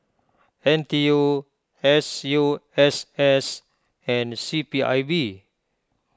N T U S U S S and C P I B